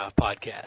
podcast